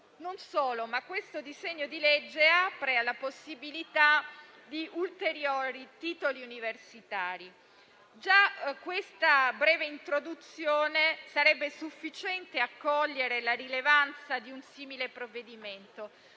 Non solo, il disegno di legge apre alla possibilità di ulteriori titoli universitari. Già questa breve introduzione sarebbe sufficiente a cogliere la rilevanza di un simile provvedimento.